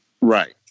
Right